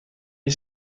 est